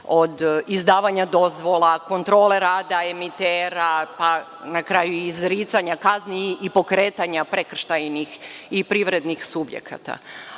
od izdavanja dozvola, kontrole rada emitera, pa na kraju i izricanja kazni i pokretanja prekršajnih i privrednih subjekata.